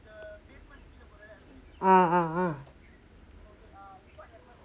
ah ah ah